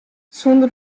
sûnder